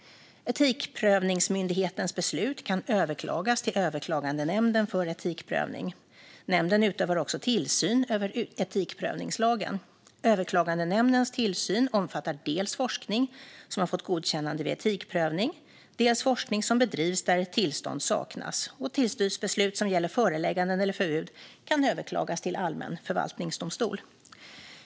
Etikprövningsmyndighetens beslut kan överklagas till Överklagandenämnden för etikprövning. Nämnden utövar också tillsyn över etikprövningslagen. Överklagandenämndens tillsyn omfattar dels forskning som har fått godkännande vid etikprövning, dels forskning som bedrivs där tillstånd saknas. Tillsynsbeslut som gäller förelägganden eller förbud kan överklagas till allmän förvaltningsdomstol.